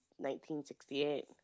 1968